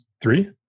Three